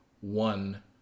one